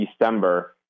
December